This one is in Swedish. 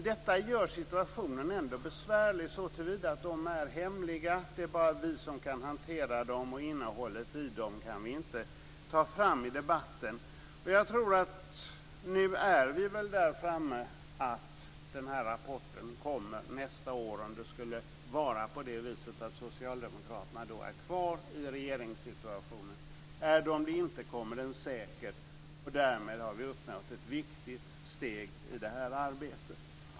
Detta gör dock situationen besvärlig så till vida att de rapporterna är hemliga. Det är bara vi som kan hantera dem, och innehållet i dem kan vi inte ta upp i debatten. Jag tror att vi nu kan förvänta oss att den här rapporten kommer nästa år, om socialdemokraterna då är kvar i regeringsposition. Är de inte det, kommer rapporten säkert. Vi har därmed tagit ett viktigt steg i det här arbetet.